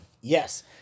Yes